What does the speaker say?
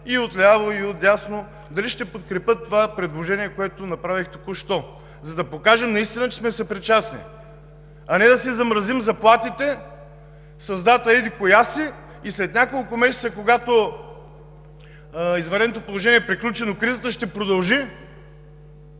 и отляво, и отдясно ще подкрепи предложението, което направих току-що. Да покажем наистина, че сме съпричастни, а не да си замразим заплатите с дата еди-коя си и след няколко месеца, когато извънредното положение приключи, но кризата ще продължи,